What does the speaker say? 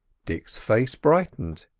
dick's face brightened.